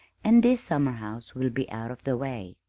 and this summerhouse will be out of the way.